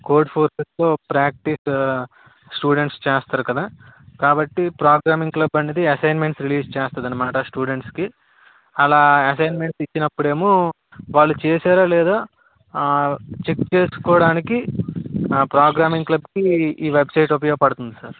code ఫోర్తో practice ఆ students చేస్తారు కదా కాబట్టి ప్రోగ్రామింగ్ క్లబ్ అన్నది అసైన్మెంట్స్ రిలీజ్ చేస్తుంది అన్నమాట స్టూడెంట్స్కి అలా అసైన్మెంట్స్ ఇచ్చినప్పుడు ఏమో వాళ్ళు చేసారో లేదో ఆ చెక్ చేసుకోడానికి ఆ ప్రోగ్రామింగ్ క్లబ్కి ఈ వెబ్సైట్ ఉపయోగపడుతుంది సర్